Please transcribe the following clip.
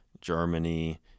Germany